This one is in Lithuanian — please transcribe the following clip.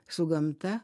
su gamta